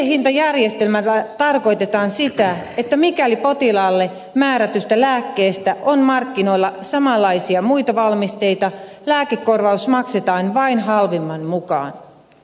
viitehintajärjestelmällä tarkoitetaan sitä että mikäli potilaalle määrätystä lääkkeestä on markkinoilla samanlaisia muita valmisteita lääkekorvaus maksetaan vain halvimman mukaan